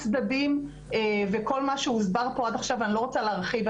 הצדדים וכל מה שהוסבר פה עד עכשיו ואני לא רוצה להרחיב,